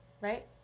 right